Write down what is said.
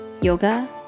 yoga